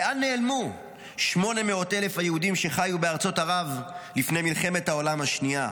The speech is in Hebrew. לאן נעלמו 800,000 היהודים שחיו בארצות ערב לפני מלחמת העולם השנייה?